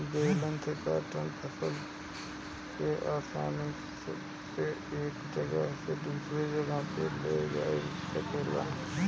baler से काटल फसल के आसानी से एक जगह से दूसरे जगह ले जाइल जा सकेला